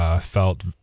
felt